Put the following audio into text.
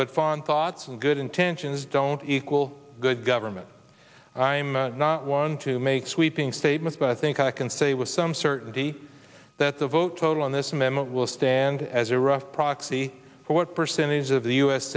but fun thoughts and good intentions don't you call good government i'm not one to make sweeping statements but i think i can say with some certainty that the vote total on this amendment will stand as a rough proxy for what percentage of the u